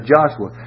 Joshua